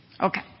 Okay